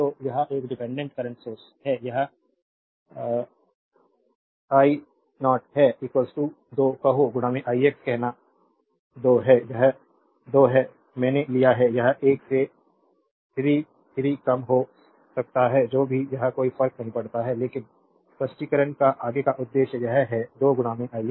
तो यह एक डिपेंडेंट करंट सोर्स है यह I 0 है 2 कहो ix कहना 2 है यह 2 है मैंने लिया है यह 1 से 3 3 कम हो सकता है जो भी यह कोई फर्क नहीं पड़ता है लेकिन स्पष्टीकरण का आगे का उद्देश्य यह है 2 i x